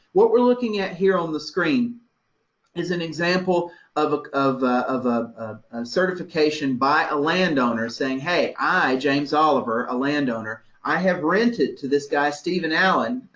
what we're looking at here on the screen is an example of of a certification by a landowner saying, hey, i, james oliver, a landowner, i have rented to this guy, stephen allan,